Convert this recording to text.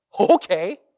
Okay